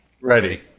Ready